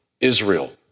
Israel